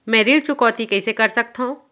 मैं ऋण चुकौती कइसे कर सकथव?